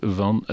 van